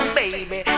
baby